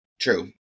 True